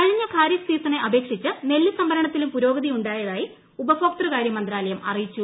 കഴിഞ്ഞ ഖാരിഫ് സീസണെ അപേക്ഷിച്ച് നെല്ലു സംഭരണത്തിലും പുരോഗതിയുണ്ടായതായി ഉപഭോക്തൃകാരൃ മന്ത്രാലയം അറിയിച്ചു